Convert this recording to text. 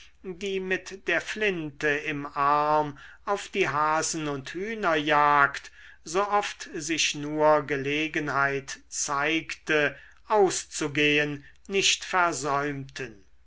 die mit der flinte im arm auf die hasen und hühnerjagd so oft sich nur gelegenheit zeigte auszugehen nicht versäumten